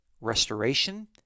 restoration